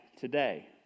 today